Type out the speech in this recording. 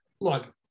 Look